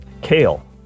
Kale